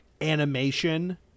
animation